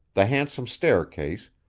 the handsome staircase,